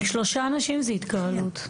שלושה אנשים זה התקהלות.